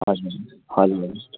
हजुर हजुर